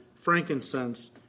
frankincense